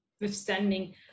withstanding